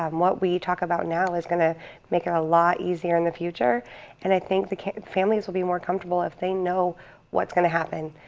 um what we talk about now is gonna make it a lot easier in the future and i think the families will be more comfortable if they know what's gonna happen.